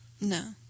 No